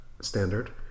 standard